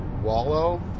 Wallow